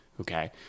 Okay